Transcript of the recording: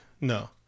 No